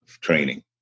training